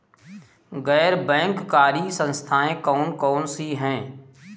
गैर बैंककारी संस्थाएँ कौन कौन सी हैं?